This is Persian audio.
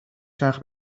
چرخ